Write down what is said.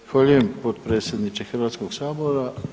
Zahvaljujem, potpredsjedniče Hrvatskog sabora.